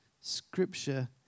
Scripture